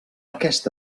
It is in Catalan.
aquest